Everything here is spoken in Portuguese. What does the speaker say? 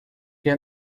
que